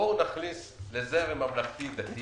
בואו נכניס לזרם הממלכתי-דתי